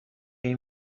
این